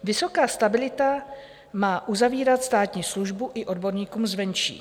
Vysoká stabilita má uzavírat státní službu i odborníkům zvenčí.